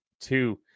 two